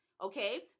okay